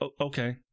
okay